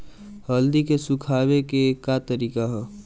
हल्दी के सुखावे के का तरीका ह?